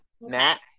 Matt